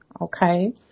okay